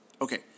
Okay